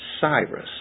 Cyrus